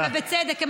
ובצדק, תודה.